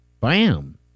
Bam